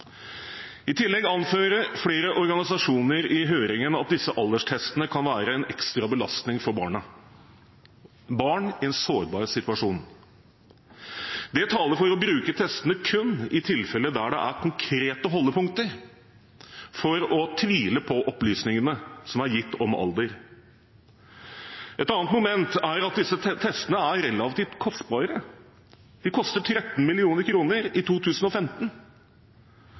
I tillegg anfører flere organisasjoner i høringen at disse alderstestene kan være en ekstra belastning for barna, barn i en sårbar situasjon. Det taler for å bruke testene kun i tilfeller der det er konkrete holdepunkter for å tvile på opplysningene som er gitt om alder. Et annet moment er at disse testene er relativt kostbare; de kostet 13 mill. kr i 2015.